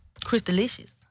Crystalicious